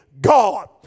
God